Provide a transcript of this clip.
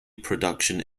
production